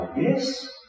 yes